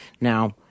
Now